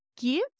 give